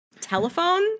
telephone